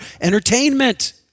entertainment